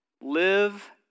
Live